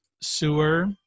sewer